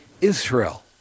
Israel